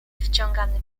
wciągany